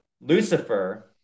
Lucifer